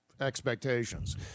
expectations